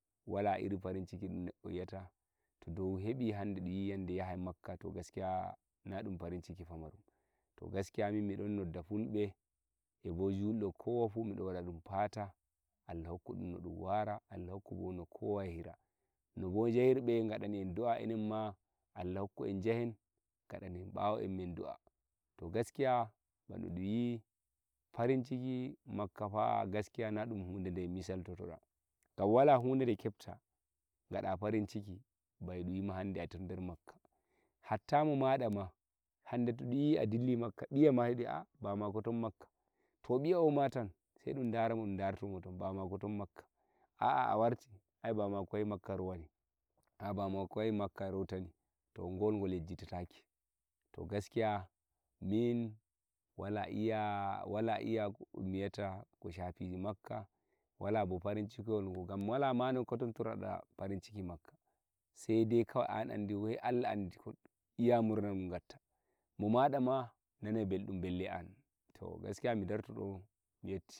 wala iri farinciki ɗum nedɗo yi'ata to dai hebi hande ɗun yi'i yahai makkah to gaskiya na ɗum farinciki pamarun to gaskiya min mi don nodda fulɓe e bo julɓe kowa fu mi ɗon waɗana ɗum fata Allah rokku ɗum no ɗum wara Allah rokku bo kowa no yahira no bo njahirɓe gada ni en do'a e nen ma Allah rokku'en jahen gadana nen ɓawomen meden to gaskiya bano ɗunyi farinciki makkah pha gaskiya na ɗun huɗe de misaltotoɗa gam wala huɗe ɗe kepta gaɗa farin ciki ba e ɗum yima hande a ɗon der makkah hatta mo maɗama hande to ɗunyi a dilli makkah ɓiyama yidi hande baba mako ton makkah to ɓiya o ma tan sai eɗun daramo edun dartomo tan gam baba mako yahi mako rautani ton gol gol yejjitatake to gaskiya min wala iya komi iyata ko shafi makka wala bo farinciki gam wala no koton toroɗa farinciki makka sai dai kawai an andi e allah andi iya murna dun gatta mo maɗama nanai belɗum bare an to gaskiya mi darto do miyetti